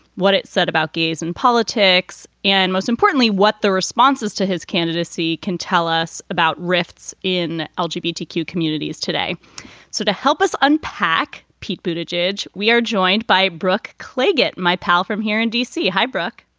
what it said about gays and politics, and most importantly, what the responses to his candidacy can tell us about rifts in l g. p d q. communities today. so to help us unpack. pete bhuta jej. we are joined by brook cliggott, my pal from here in d c. hi, brooke.